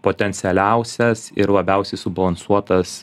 potencialiausias ir labiausiai subalansuotas